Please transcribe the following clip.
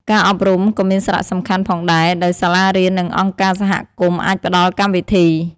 ការអប់រំក៏មានសារៈសំខាន់ផងដែរ ដោយសាលារៀន និងអង្គការសហគមន៍អាចផ្ដល់កម្មវិធី។